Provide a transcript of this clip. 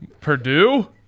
Purdue